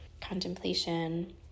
contemplation